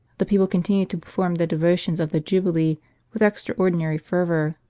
the people continue to perform the devotions of the jubilee with extraordinary fervour,